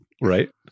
right